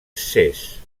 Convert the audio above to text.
ses